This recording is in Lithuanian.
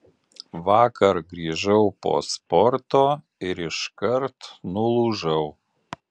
vakar grįžau po sporto ir iškart nulūžau